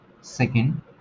second